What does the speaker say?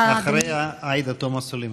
אחריה, עאידה תומא סלימאן.